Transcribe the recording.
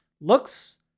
looks